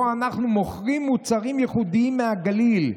בו אנחנו מוכרים מוצרים ייחודיים מהגליל,